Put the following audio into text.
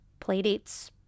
playdates